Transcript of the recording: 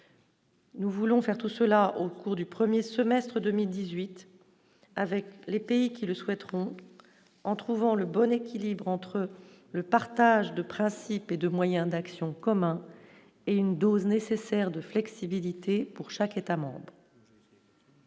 Nous voulons faire tout cela au cours du 1er semestre 2018 avec les pays qui le souhaiteront en trouvant le bon équilibre entre le partage de principes et de moyens d'action commun et une dose nécessaire de flexibilité pour chaque État-membre.